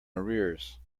arrears